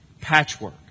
Patchwork